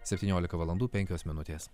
septyniolika valandų penkios minutės